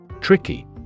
Tricky